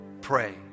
pray